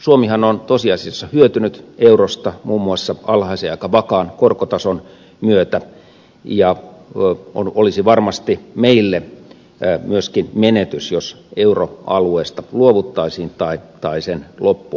suomihan on tosiasiassa hyötynyt eurosta muun muassa alhaisen ja aika vakaan korkotason myötä ja olisi varmasti meille myöskin menetys jos euroalueesta luovuttaisiin tai sen loppu olisi käsillä